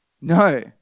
No